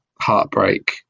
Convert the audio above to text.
Heartbreak